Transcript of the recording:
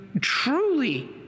truly